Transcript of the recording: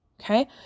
Okay